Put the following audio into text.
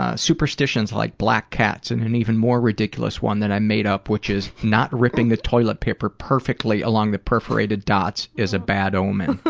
ah superstitions like black cats and an even more ridiculous one that i made up, which is not ripping the toilet paper perfectly along the perforated dots is a bad omen.